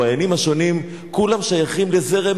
מדוע התקציב הזה איננו מופיע כשורה בתקציב הביטחון?